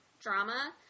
drama